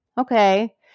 okay